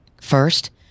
First